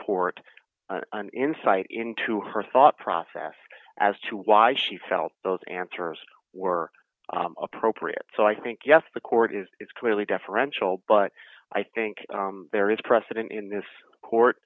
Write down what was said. court an insight into her thought process as to why she felt those answers were appropriate so i think yes the court is clearly deferential but i think there is precedent in this court